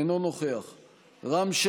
מסגד אל-אקצא.